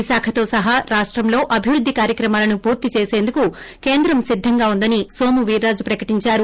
విశాఖతో సహా రాష్టంలో అభివృద్ది కార్యక్రమాలను పూర్తి చేసేందుకు కేంద్రం సిద్దంగా ఉందని నోమువీర్రాజు ప్రకటిందారు